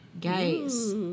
Guys